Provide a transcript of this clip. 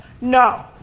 no